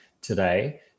today